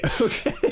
okay